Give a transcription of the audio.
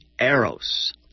Eros